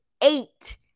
eight